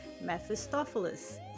Mephistopheles